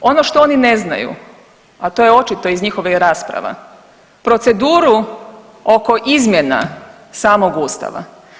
Ono što oni ne znaju, a to je očito iz njihovih rasprava proceduru oko izmjena samog Ustava.